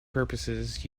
purposes